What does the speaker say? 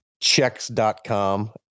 checks.com